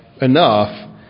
enough